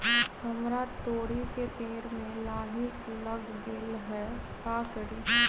हमरा तोरी के पेड़ में लाही लग गेल है का करी?